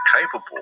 capable